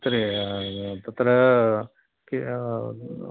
तत्र